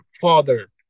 father